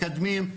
מקדמים,